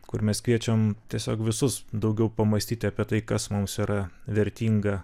kur mes kviečiam tiesiog visus daugiau pamąstyti apie tai kas mums yra vertinga